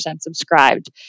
subscribed